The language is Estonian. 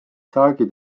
saagi